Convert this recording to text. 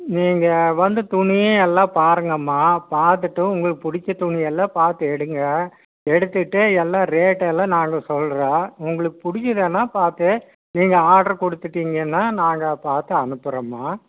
நீங்கள் வந்து துணி எல்லாம் பாருங்கம்மா பார்த்துட்டு உங்களுக்கு பிடிச்ச துணியெல்லாம் பார்த்து எடுங்கள் எடுத்துவிட்டு எல்லாம் ரேட்டு எல்லாம் நாங்கள் சொல்கிறோம் உங்களுக்கு பிடிக்கிதுன்னா பார்த்து நீங்கள் ஆர்ட்ரு கொடுத்திட்டிங்கன்னா நாங்கள் பார்த்து அனுப்புறோம்மா